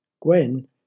Gwen